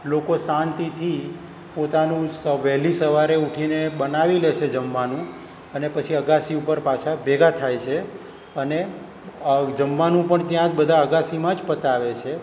લોકો શાંતિથી પોતાનું સ વહેલી સવારે ઊઠીને બનાવી લે છે જમવાનું અને પછી અગાસી ઉપર પાછા ભેગા થાય છે અને જમવાનું પણ ત્યાં જ બધા અગાસીમાં જ પતાવે છે